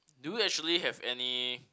do you actually have any